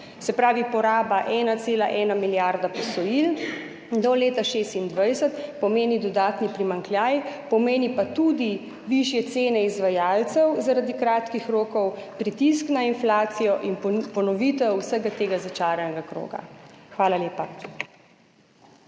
Se pravi, poraba 1,1 milijarde posojil do leta 2026 pomeni dodatni primanjkljaj, pomeni pa tudi višje cene izvajalcev zaradi kratkih rokov, pritisk na inflacijo in ponovitev vsega tega začaranega kroga. Hvala lepa.